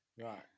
Right